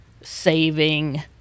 saving